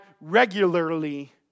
regularly